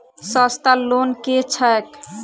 सस्ता लोन केँ छैक